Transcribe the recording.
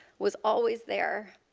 was always there,